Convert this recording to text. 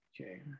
Okay